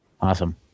Awesome